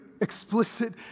explicit